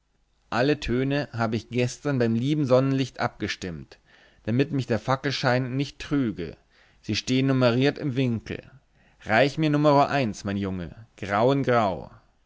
alle töne hab ich gestern beim lieben sonnenlicht abgestimmt damit mich der fackelschein nicht trüge sie stehn numeriert im winkel reich mir numero eins mein junge grau in grau